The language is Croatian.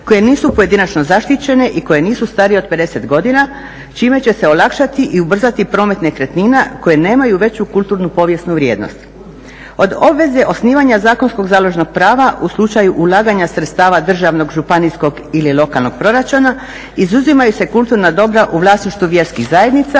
koje nisu pojedinačno zaštićene i koje nisu starije od 50 godina čime će se olakšati i ubrzati promet nekretnina koje nemaju veću kulturno-povijesnu vrijednost. Od obveze osnivanja zakonskog zalužnog prava u slučaju ulaganja sredstava državnog, županijskog ili lokalnog proračuna izuzimaju se kulturna dobra u vlasništvu u vjerskih zajednica